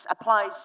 applies